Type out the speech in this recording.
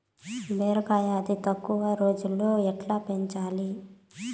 బీరకాయ అతి తక్కువ రోజుల్లో ఎట్లా పెంచాలి?